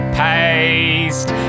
paste